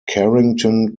carrington